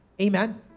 Amen